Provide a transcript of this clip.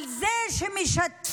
על זה שמשתפים